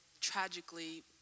tragically